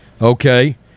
Okay